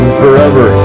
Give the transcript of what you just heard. forever